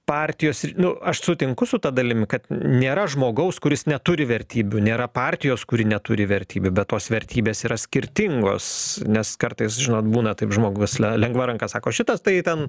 partijos ir aš sutinku su ta dalimi kad nėra žmogaus kuris neturi vertybių nėra partijos kuri neturi vertybių bet tos vertybės yra skirtingos nes kartais žinot būna taip žmogus lengva ranka sako šitas tai ten